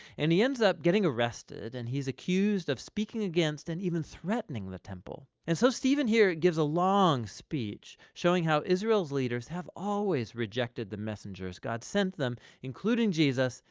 and he ends up getting arrested, and he's accused of speaking against and even threatening the temple, and so stephen here gives a long speech showing how israel's leaders have always rejected the messengers god sent them, including jesus,